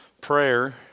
prayer